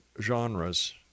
genres